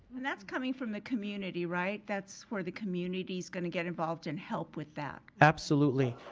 and that's coming from the community, right? that's where the community's gonna get involved and help with that. absolutely.